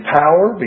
power